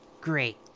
great